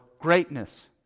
greatness